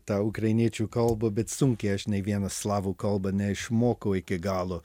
tą ukrainiečių kalbą bet sunkiai aš nei vieną slavų kalbą neišmokau iki galo